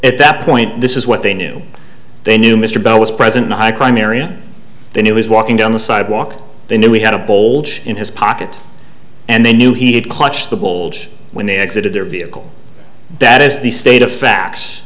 at that point this is what they knew they knew mr bell was present in a high crime area then he was walking down the sidewalk they knew we had a bolt in his pocket and they knew he had clutch the bolt when they exited their vehicle that is the state of facts